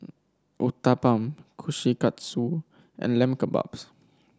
Uthapam Kushikatsu and Lamb Kebabs